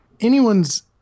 Anyone's